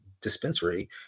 dispensary